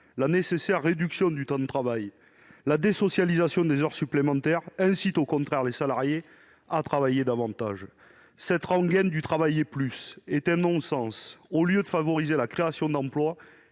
la nécessaire réduction du temps de travail, la désocialisation des heures supplémentaires incite les salariés à travailler davantage. La rengaine du « travailler plus » est un non-sens. Elle ne favorise ni la création d'emplois